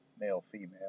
male-female